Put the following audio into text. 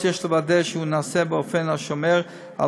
יש לוודא שהוא נעשה באופן השומר על